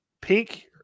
pink